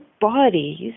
bodies